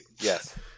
yes